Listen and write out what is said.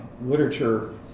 literature